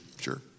sure